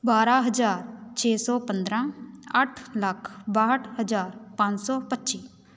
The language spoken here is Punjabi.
ਬਾਰਾਂ ਹਜ਼ਾਰ ਛੇ ਸੌ ਪੰਦਰਾਂ ਅੱਠ ਲੱਖ ਬਾਹਠ ਹਜ਼ਾਰ ਪੰਜ ਸੌ ਪੱਚੀ